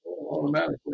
automatically